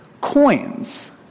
coins